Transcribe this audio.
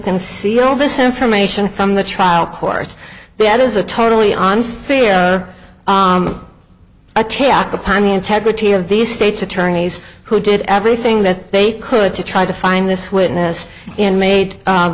conceal this information from the trial court that is a totally on fear attack upon the integrity of these states attorneys who did everything that they could to try to find this witness and made